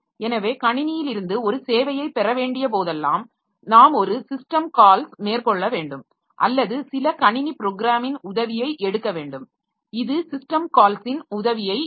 எனவே கணினியிலிருந்து ஒரு சேவையைப் பெற வேண்டிய போதெல்லாம் நாம் ஒரு சிஸ்டம் கால்ஸ் மேற்கொள்ள வேண்டும் அல்லது சில கணினி ப்ரோக்ராமின் உதவியை எடுக்க வேண்டும் இது சிஸ்டம் கால்ஸின் உதவியை எடுக்கும்